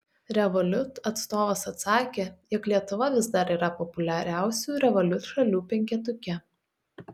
revolut atstovas atsakė jog lietuva vis dar yra populiariausių revolut šalių penketuke